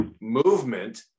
movement